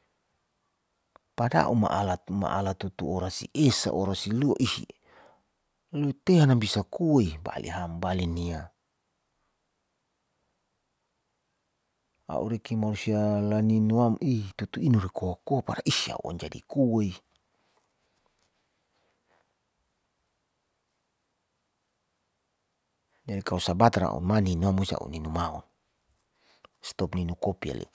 padaha umalat ma'ala tutu orasi esa, orasi lua, ih lutahan nabisa koa'e bali ham, bale nia. a'u reki malusia laninu'am ihh tutu inirikoa koa pdah iss a'u jadi koa ee jadi maninoa musi a'u ninu maun stop ninu kopi ale'e.